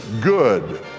good